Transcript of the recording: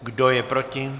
Kdo je proti?